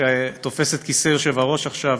שתופס את כיסא היושב-ראש עכשיו,